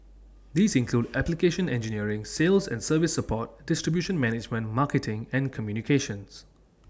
these include application engineering sales and service support distribution management marketing and communications